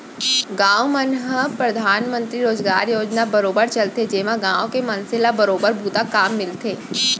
गाँव मन म परधानमंतरी रोजगार योजना बरोबर चलथे जेमा गाँव के मनसे ल बरोबर बूता काम मिलथे